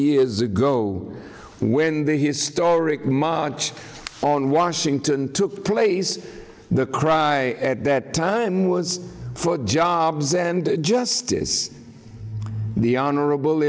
years ago when the historic march on washington took place the cry at that time was for jobs and justice the honorable